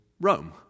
Rome